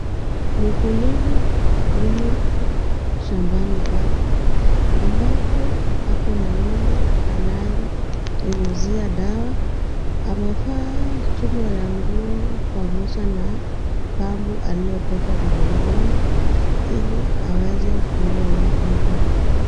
Mkulima yumo shambani pake, ambapo ako na ng'ombe anayo nyunyizia dawa, ameva chuma ya nguo pamoja na pampu aliyobeba mgongoni Ili aweze kuua wadudu.